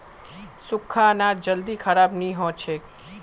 सुख्खा अनाज जल्दी खराब नी हछेक